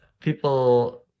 people